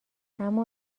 اما